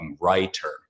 writer